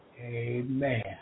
Amen